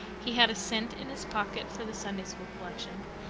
he had a cent in his pocket for the sunday school collection,